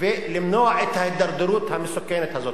ולמנוע את ההידרדרות המסוכנת הזאת.